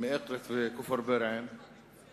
מאקרית וכפר בירעם היא